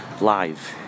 live